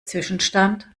zwischenstand